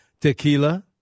tequila